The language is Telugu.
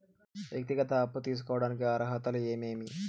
వ్యక్తిగత అప్పు తీసుకోడానికి అర్హతలు ఏమేమి